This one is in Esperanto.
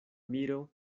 miro